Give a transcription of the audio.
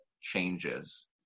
changes